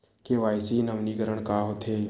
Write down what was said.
KYC नवीनीकरण का होथे?